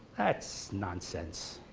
that's nonsense,